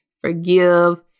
forgive